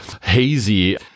hazy